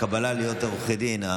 הקבלה להיות עורך דין,